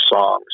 songs